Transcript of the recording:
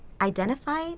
identify